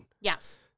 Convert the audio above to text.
Yes